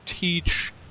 teach